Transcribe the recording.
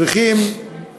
צריכים